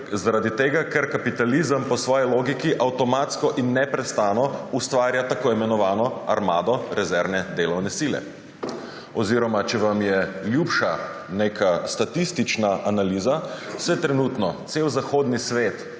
Zaradi tega ker kapitalizem po svoji logiki avtomatsko in neprestano ustvarja tako imenovano armado rezervne delovne sile. Oziroma če vam je ljubša neka statistična analiza, se trenutno cel zahodni svet